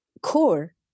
Core